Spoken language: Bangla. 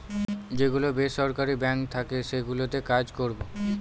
যে গুলো বেসরকারি বাঙ্ক থাকে সেগুলোতে কাজ করবো